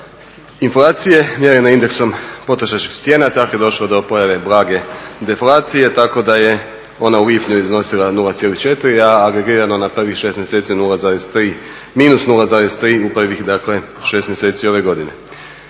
inflacije mjerene indeksom potrošačkih cijena, tako je došlo do pojave blage deflacije, tako da je ona u lipnju iznosila 0,4 a agregirano na prvih 6 mjeseci -0,3 u prvih dakle 6 mjeseci ove godine.